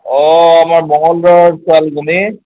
অ আমাৰ মংগলদৈৰ ছোৱালীজনী